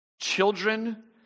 children